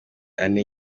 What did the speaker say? ane